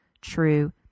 true